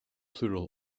plural